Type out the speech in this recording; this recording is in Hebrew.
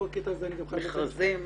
מכרזים.